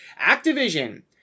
Activision